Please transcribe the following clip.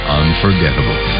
unforgettable